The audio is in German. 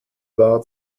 war